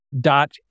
dot